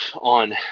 on